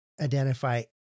identify